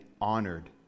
honored